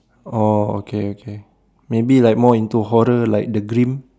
oh okay okay maybe like more into horror like the Grimm